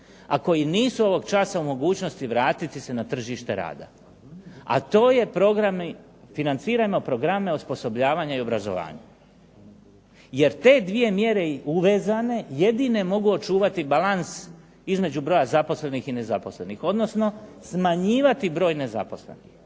koji nisu ovog časa u mogućnosti vratiti se na tržište rada, a to je program i, financirajmo programe osposobljavanja i obrazovanja. Jer te dvije mjere i uvezane jedine mogu očuvati balans između broja zaposlenih i nezaposlenih, odnosno smanjivati broj nezaposlenih,